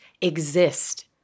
exist